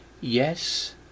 yes